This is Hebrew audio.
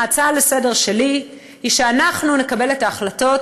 ההצעה לסדר-היום שלי היא שאנחנו נקבל את ההחלטות